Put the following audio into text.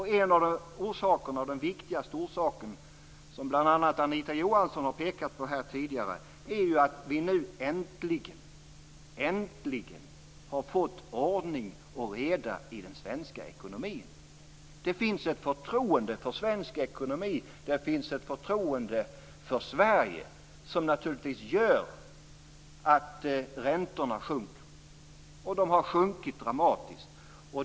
En av orsakerna, och den viktigaste orsaken, vilket bl.a. Anita Johansson har pekat på här tidigare, är att vi nu äntligen har fått ordning och reda i den svenska ekonomin. Det finns ett förtroende för svensk ekonomi. Det finns ett förtroende för Sverige. Det gör naturligtvis att räntorna sjunker, och de har sjunkit dramatiskt.